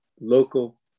local